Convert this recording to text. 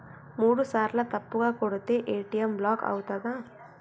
మూడుసార్ల తప్పుగా కొడితే ఏ.టి.ఎమ్ బ్లాక్ ఐతదా?